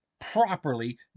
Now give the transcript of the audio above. properly